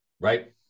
right